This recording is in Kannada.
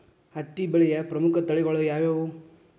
ಹತ್ತಿ ಬೆಳೆಯ ಪ್ರಮುಖ ತಳಿಗಳು ಯಾವ್ಯಾವು?